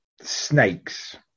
snakes